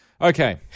Okay